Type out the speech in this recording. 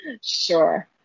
Sure